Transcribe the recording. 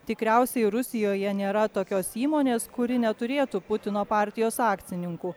tikriausiai rusijoje nėra tokios įmonės kuri neturėtų putino partijos akcininkų